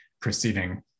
proceeding